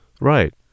Right